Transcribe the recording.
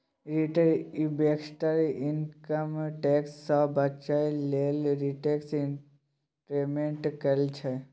retail investor income tax सँ बचय लेल रिटेल इंवेस्टमेंट करय छै